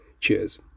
Cheers